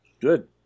Good